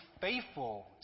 faithful